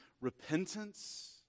repentance